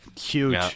huge